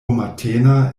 matena